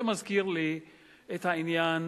זה מזכיר לי את העניין